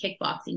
kickboxing